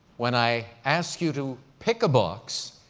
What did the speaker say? when i ask you to pick a box,